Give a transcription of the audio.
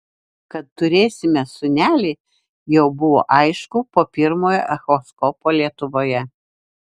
kad turėsime sūnelį jau buvo aišku po pirmojo echoskopo lietuvoje